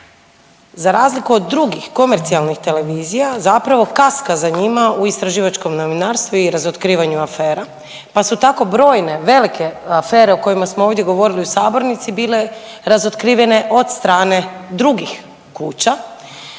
za razliku od drugih komercijalnih televizija zapravo kaska za njima u istraživačkom novinarstvu i razotkrivanju afera, pa su tako brojne velike afere o kojima smo ovdje govorili u sabornici bile razotkrivene od strane drugih kuća,